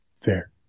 fair